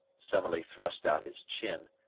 summerlee thrust out his chin,